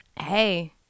hey